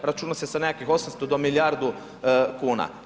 Računa se sa nekakvih 800 do milijardu kuna.